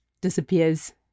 disappears